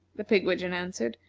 the pigwidgeon answered,